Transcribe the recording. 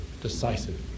decisive